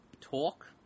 Talk